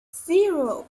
zero